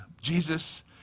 Jesus